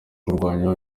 kurwanya